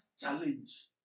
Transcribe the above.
Challenge